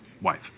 wife